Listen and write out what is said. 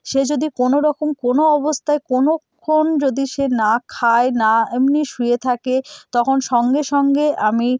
সে যদি কোনো রকম কোনো অবস্তায় কোনো কম যদি সে না খায় না এমনি শুয়ে থাকে তখন সঙ্গে সঙ্গে আমি